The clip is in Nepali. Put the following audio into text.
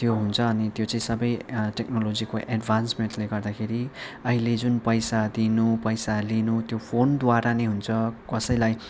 त्यो हुन्छ अनि त्यो चाहिँ सबै टेक्नोलोजीको एड्भान्समेन्टले गर्दाखेरि अहिले जुन पैसा दिनु पैसा लिनु त्यो फोनद्वारा नै हुन्छ कसैलाई